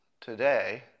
today